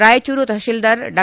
ರಾಯಚೂರು ತಹುೀಲ್ವಾರ್ ಡಾ